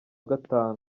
gatanu